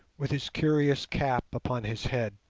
with his curious cap upon his head.